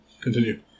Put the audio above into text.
Continue